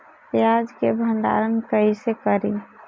प्याज के भंडारन कईसे करी?